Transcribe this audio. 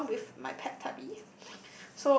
and along with my pet Tabi